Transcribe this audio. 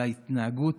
להתנהגות